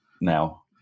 now